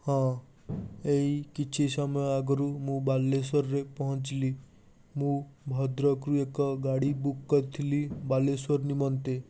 ହଁ ଏଇ କିଛି ସମୟ ଆଗରୁ ମୁଁ ବାଲେଶ୍ଵରରେ ପହଞ୍ଚିଲି ମୁଁ ଭଦ୍ରକରୁ ଏକ ଗାଡ଼ି ବୁକ୍ କରିଥିଲି ବାଲେଶ୍ଵର ନିମନ୍ତେ